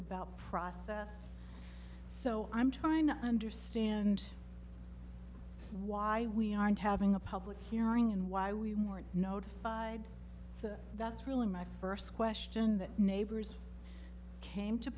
the process so i'm trying to understand why we aren't having a public hearing and why we were notified so that's really my first question that neighbors came to